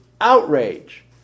outrage